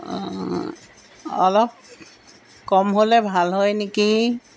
অলপ কম হ'লে ভাল হয় নেকি